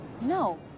no